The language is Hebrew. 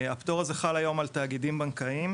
הפטור הזה חל היום על תאגידים בנקאיים,